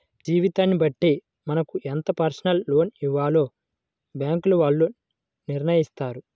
మన జీతాన్ని బట్టి మనకు ఎంత పర్సనల్ లోన్ ఇవ్వాలో బ్యేంకుల వాళ్ళు నిర్ణయిత్తారు